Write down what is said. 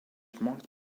marked